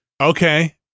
Okay